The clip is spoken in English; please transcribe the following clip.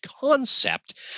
concept